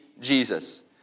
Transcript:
Jesus